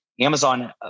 Amazon